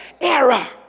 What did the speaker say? era